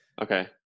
Okay